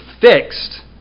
fixed